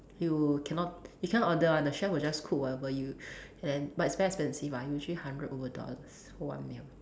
you cannot you cannot order [one] the chef will just cook whatever you and but it's very expensive ah usually hundred over dollars one meal